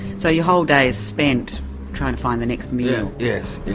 so your whole day is spent trying to find the next meal? yes,